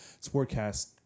sportcast